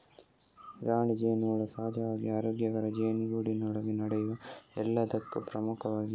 ರಾಣಿ ಜೇನುಹುಳ ಸಹಜವಾಗಿ ಆರೋಗ್ಯಕರ ಜೇನುಗೂಡಿನೊಳಗೆ ನಡೆಯುವ ಎಲ್ಲದಕ್ಕೂ ಪ್ರಮುಖವಾಗಿದೆ